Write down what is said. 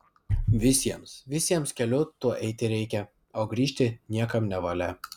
visiems visiems keliu tuo eiti reikia o grįžti niekam nevalia